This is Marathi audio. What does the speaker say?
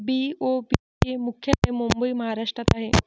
बी.ओ.बी चे मुख्यालय मुंबई महाराष्ट्रात आहे